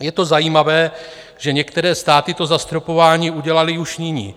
Je zajímavé, že některé státy to zastropování udělaly už nyní.